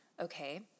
Okay